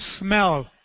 smell